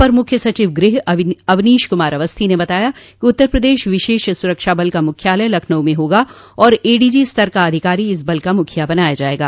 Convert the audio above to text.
अपर मुख्य सचिव गृह अवनीश कुमार अवस्थी ने बताया कि उत्तर प्रदेश विशेष सुरक्षा बल का मुख्यालय लखनऊ में होगा और एडीजी स्तर का अधिकारी इस बल का मुखिया बनाया जायेगा